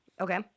Okay